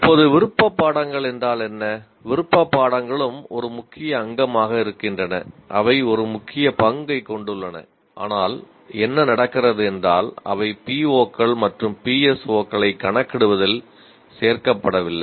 இப்போது விருப்ப பாடங்கள் என்றால் என்ன விருப்ப பாடங்களும் ஒரு முக்கிய அங்கமாக இருக்கின்றன அவை ஒரு முக்கிய பங்கைக் கொண்டுள்ளன ஆனால் என்ன நடக்கிறது என்றால் அவை PO கள் மற்றும் PSO களைக் கணக்கிடுவதில் சேர்க்கப்படவில்லை